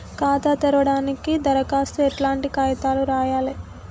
ఖాతా తెరవడానికి దరఖాస్తుకు ఎట్లాంటి కాయితాలు రాయాలే?